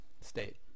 state